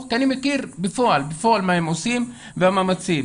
כי אני מכיר בפועל מה הם עושים והמאמצים.